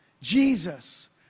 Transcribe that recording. Jesus